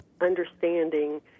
understanding